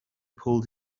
pulled